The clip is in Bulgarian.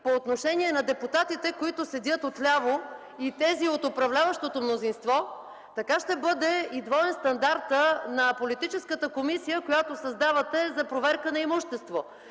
по отношение на депутатите, които стоят отляво, и тези от управляващото мнозинство, така ще бъде двоен стандартът и на политическата комисия, която създавате за проверка на имуществото.